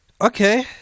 Okay